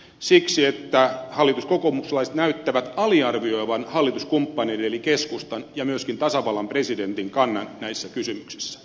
siksi että hallituksen kokoomuslaiset näyttävät aliarvioivan hallituskumppaneiden eli keskustan ja myöskin tasa vallan presidentin kannan näissä kysymyksissä